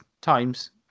times